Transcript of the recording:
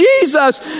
Jesus